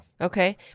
Okay